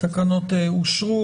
התקנות אושרו.